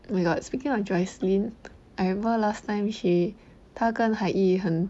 oh my god speaking on joycelyn I remember last time she 她跟 hai yi 很